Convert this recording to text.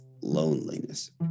loneliness